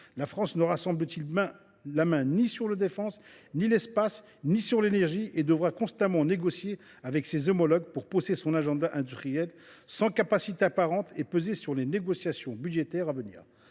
La France n’aura la main, semble t il, ni sur la défense et l’espace ni sur l’énergie. Elle devra constamment négocier avec ses homologues pour promouvoir son agenda industriel, sans capacité apparente à peser sur les négociations budgétaires à venir.